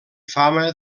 fama